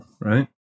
right